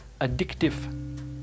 addictive